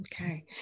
Okay